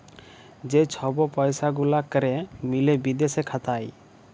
যে ছব পইসা গুলা ক্যরে মিলে বিদেশে খাতায়